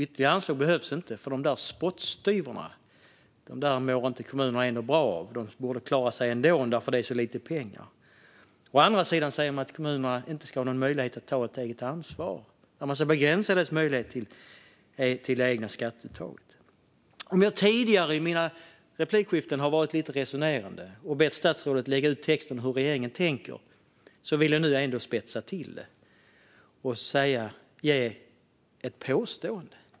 Ytterligare anslag behövs inte, för den där spottstyvern mår kommunerna ändå inte bra av. De borde klara sig ändå, för det är så lite pengar. Å andra sidan säger man att kommunerna inte ska ha någon möjlighet att ta eget ansvar. Man ska begränsa deras möjlighet till eget skatteuttag. I tidigare inlägg har jag varit lite resonerande och bett statsrådet att lägga ut texten om hur regeringen tänker. Nu vill jag spetsa till det och göra ett påstående.